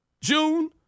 June